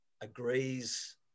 Agrees